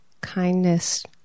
kindness